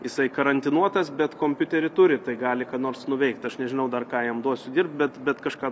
jisai karantinuotas bet kompiuterį turi tai gali ką nors nuveikt aš nežinau dar ką jam duosiu dirbt bet bet kažką